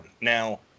Now